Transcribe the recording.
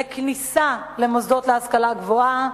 שירצו להיכנס למוסדות להשכלה גבוהה,